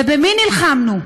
ובמי נלחמנו?